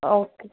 okay